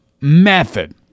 method